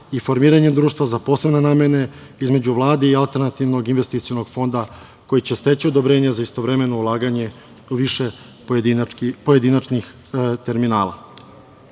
i formiranjem društva za posebne namene između Vlade i alternativnog investicionog fonda koji će steći odobrenje za istovremeno ulaganje u više pojedinačnih terminala. Jedna